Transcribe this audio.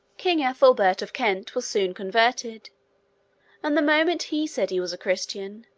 king ethelbert, of kent, was soon converted and the moment he said he was a christian,